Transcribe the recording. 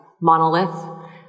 monolith